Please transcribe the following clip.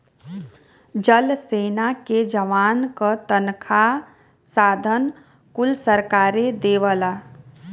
जल सेना के जवान क तनखा साधन कुल सरकारे देवला